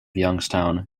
youngstown